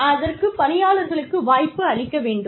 அதற்கு பணியாளர்களுக்கு வாய்ப்பு அளிக்க வேண்டும்